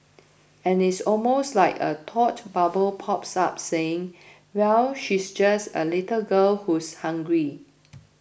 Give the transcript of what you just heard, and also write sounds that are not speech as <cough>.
and it's almost like a thought bubble pops up saying well she's just a little girl who's hungry <noise>